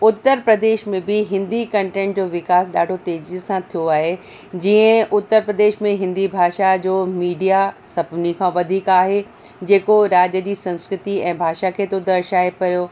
उत्तर प्रदेश में बि हिंदी कंटेंट जो विकास ॾाढो तेज़ी सां थियो आहे जीअं उत्तर प्रदेश में हिंदी भाषा जो मीडिया सभिनी खां वधीक आहे जेको राज्य जी संस्कृति ऐं भाषा खे थो दर्शाए पियो